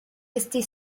restée